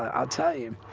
um i'll tell you